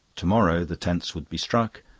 to-morrow the tents would be struck,